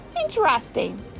interesting